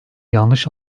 yanlış